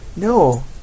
No